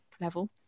level